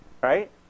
Right